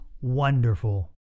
wonderful